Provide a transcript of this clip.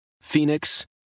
Phoenix